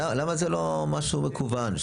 למה זה לא משהו מקוון?